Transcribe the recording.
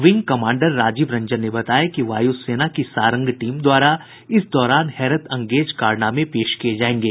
wing commander Rajiv Ranjan ने बताया कि वायु सेना की सारंग टीम द्वारा इस दौरान हैरतअंगेज कारनामे पेश किये जायेंगे